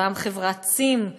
אותה חברת צים,